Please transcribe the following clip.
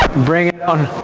bring it on!